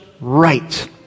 right